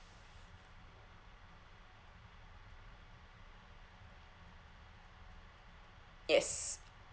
yes